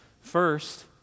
First